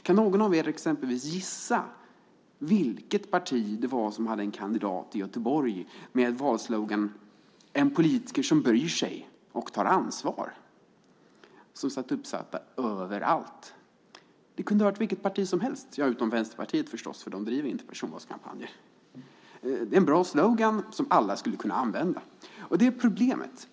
Kan någon av er exempelvis gissa vilket parti det var som hade en kandidat i Göteborg med valsloganen "En politiker som bryr sig och tar ansvar" som var uppsatt överallt? Det kunde ha varit vilket parti som helst - ja, utom Vänsterpartiet förstås, för de driver ju inte personvalskampanjer. Det är en bra slogan som alla skulle kunna använda. Det är problemet.